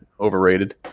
overrated